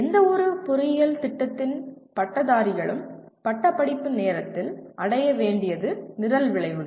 எந்தவொரு பொறியியல் திட்டத்தின் பட்டதாரிகளும் பட்டப்படிப்பு நேரத்தில் அடைய வேண்டியது நிரல் விளைவுகள்